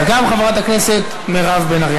וגם חברת הכנסת מירב בן ארי.